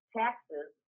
taxes